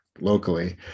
locally